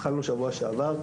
התחלנו בשבוע שעבר,